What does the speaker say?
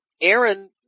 Aaron